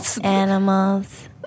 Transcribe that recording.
animals